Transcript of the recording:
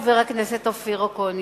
חבר הכנסת אופיר אקוניס,